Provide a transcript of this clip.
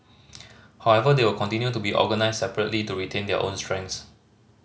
however they will continue to be organised separately to retain their own strengths